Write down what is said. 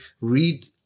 Read